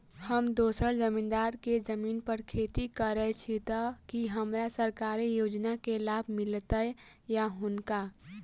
हम दोसर जमींदार केँ जमीन पर खेती करै छी तऽ की हमरा सरकारी योजना केँ लाभ मीलतय या हुनका?